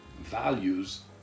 values